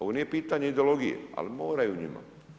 Ovo nije pitanje ideologije, ali moraju njima.